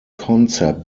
concept